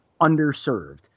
underserved